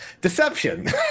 deception